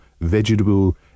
vegetable